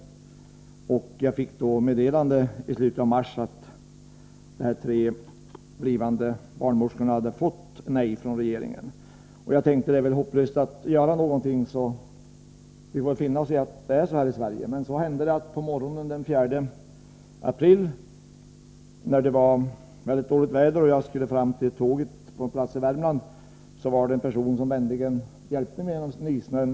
I slutet av mars fick jag meddelande om att de tre blivande barnmorskorna fått nej från regeringen. Jag tänkte då att det var hopplöst att göra någonting och att vi fick finna oss i att det är som det är i Sverige. Men på morgonen den 4 april — det var mycket dåligt väder — skulle jag till tåget på en viss ort i Värmland. En person var vänlig nog att hjälpa mig genom nysnön.